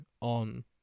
on